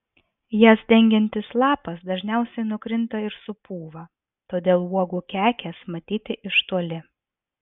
jas dengiantis lapas dažniausiai nukrinta ir supūva todėl uogų kekės matyti iš toli